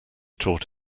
taught